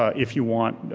if you want,